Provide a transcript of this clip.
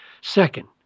Second